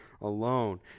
alone